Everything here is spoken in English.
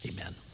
amen